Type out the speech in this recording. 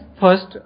first